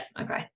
okay